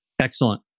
Excellent